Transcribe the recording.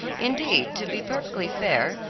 indeed, to be perfectly fair,